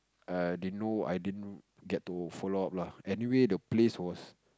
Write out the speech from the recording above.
err didn't know I didn't get to follow up lah anyway the place was